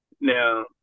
Now